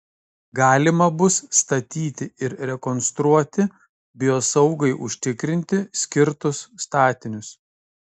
galima bus statyti ir rekonstruoti biosaugai užtikrinti skirtus statinius